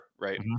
right